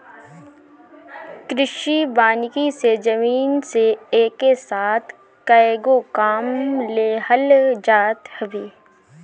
कृषि वानिकी से जमीन से एके साथ कएगो काम लेहल जात हवे